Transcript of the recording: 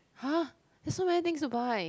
!huh! there are so many things to buy